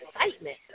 excitement